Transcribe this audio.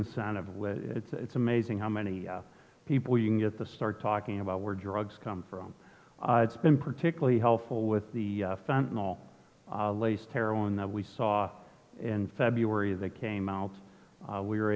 incentive when it's amazing how many people you can get the start talking about where drugs come from it's been particularly helpful with the fentanyl laced heroin that we saw in february that came out we were